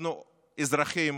אנחנו אזרחים